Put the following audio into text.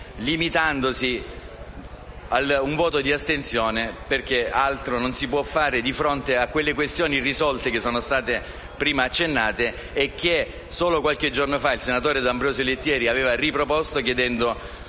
limitandosi a un voto di astensione, perché altro non si può fare di fronte alle questioni irrisolte prima accennate, e che solo qualche giorno fa il senatore D'Ambrosio Lettieri aveva riproposto chiedendo